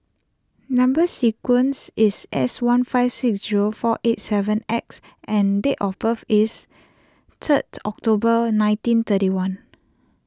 Number Sequence is S one five six zero four eight seven X and date of birth is third October nineteen thirty one